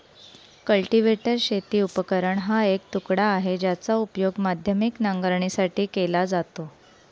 cultivator शेती उपकरण हा एक तुकडा आहे, ज्याचा उपयोग माध्यमिक नांगरणीसाठी केला जातो